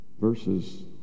verses